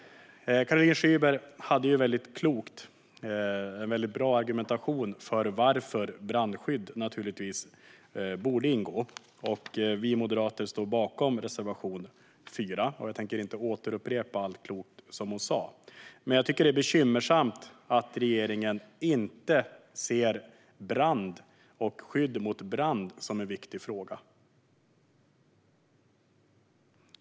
Caroline Szyber argumenterade mycket klokt och bra för varför brandskydd naturligtvis borde ingå. Vi moderater står bakom reservation 3, men jag tänker inte upprepa allt klokt som hon sa. Men jag tycker att det är bekymmersamt att regeringen inte ser brandskydd som en viktig fråga.